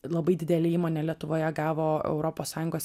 labai didelė įmonė lietuvoje gavo europos sąjungos